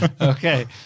Okay